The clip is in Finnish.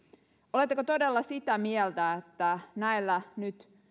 oletteko todella sitä mieltä että näillä nyt